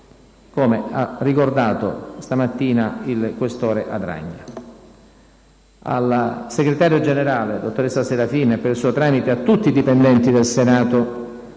come ha ricordato stamattina il senatore Questore Adragna. Al segretario generale, dottoressa Serafin, e per suo tramite a tutti i dipendenti del Senato,